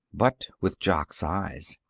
but with jock's eyes.